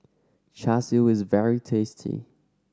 Char Siu is very tasty